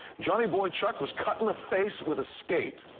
jonny boychuk was cut in the face with a skate,